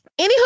Anywho